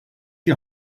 die